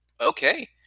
Okay